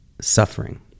suffering